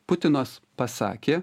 putinas pasakė